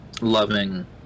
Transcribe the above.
loving